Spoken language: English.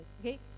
okay